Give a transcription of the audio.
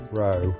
row